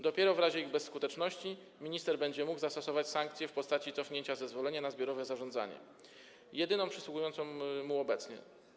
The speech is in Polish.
Dopiero w razie ich bezskuteczności minister będzie mógł zastosować sankcję w postaci cofnięcia zezwolenia na zbiorowe zarządzanie, jedyną przysługującą mu obecnie.